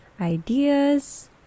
ideas